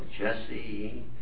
Jesse